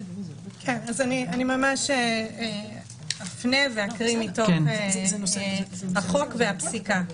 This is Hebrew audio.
אני ממש אפנה ואקריא מתוך החוק והפסיקה.